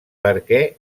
perquè